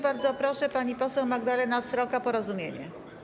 Bardzo proszę, pani poseł Magdalena Sroka, Porozumienie.